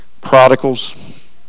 Prodigals